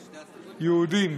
יהודים.